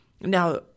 Now